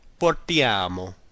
portiamo